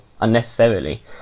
unnecessarily